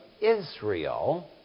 Israel